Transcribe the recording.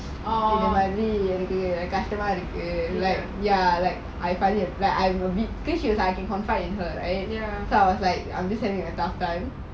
like ya I find it like at least I can confide in her right so I was like I'm having a tough time